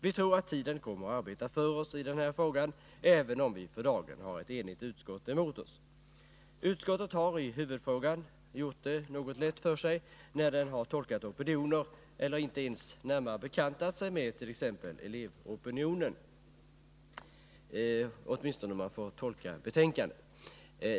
Vi tror att tiden kommer att arbeta för oss i den här frågan, även om vi för dagen har ett enigt utskott emot oss. Utskottet har i huvudfrågan gjort det ganska lätt för sig genom att tolka opinioner eller inte närmare bekanta sig med t.ex. elevopinionen. Det verkar åtminstone så när man läser betänkandet.